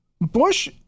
Bush